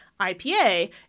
IPA